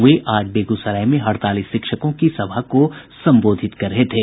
वे आज बेगूसराय में हड़ताली शिक्षकों की सभा को संबोधित कर रहे थे